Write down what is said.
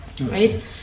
right